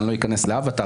אני לא אכנס לאווטאר,